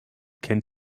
kennt